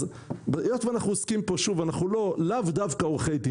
אז היות ואנחנו לאו דווקא עורכי דין,